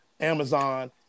Amazon